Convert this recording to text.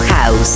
House